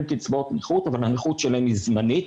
קצבאות נכות אבל הנכות שלהם היא זמנית.